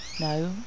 No